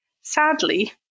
Sadly